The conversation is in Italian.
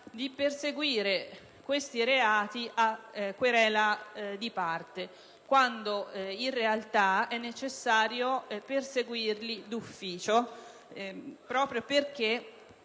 di perseguire questi reati a querela di parte, quando in realtà è necessario perseguirli d'ufficio, perché